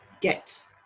get